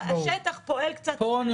ובאותה תקופה הנתונים של השב"ס היו